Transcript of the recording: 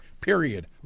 period